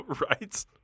Right